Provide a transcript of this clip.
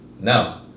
no